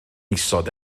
isod